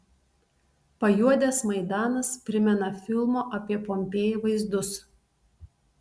pajuodęs maidanas primena filmo apie pompėją vaizdus